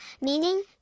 meaning